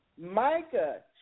Micah